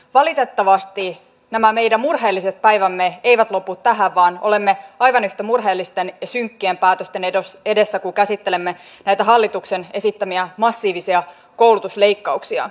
valitettavasti nämä meidän murheelliset päivämme eivät lopu tähän vaan olemme aivan yhtä murheellisten ja synkkien päätösten edessä kun käsittelemme näitä hallituksen esittämiä massiivisia koulutusleikkauksia